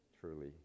truly